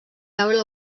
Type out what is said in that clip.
veure